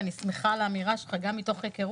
אני שמחה על האמירה שלך, גם מתוך היכרות,